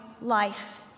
life